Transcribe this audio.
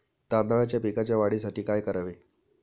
तांदळाच्या पिकाच्या वाढीसाठी काय करावे?